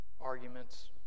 Arguments